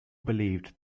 believed